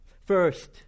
First